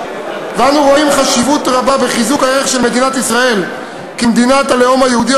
ואנו רואים חשיבות רבה בחיזוק הערך של מדינת ישראל כמדינת הלאום היהודי,